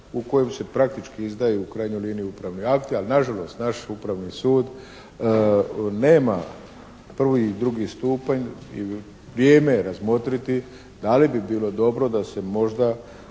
u kojima se praktički izdaju u krajnjoj liniji upravni akti ali nažalost naš upravni sud nema prvi i drugi stupanj i vrijeme je razmotriti da li bi bilo dobro da se možda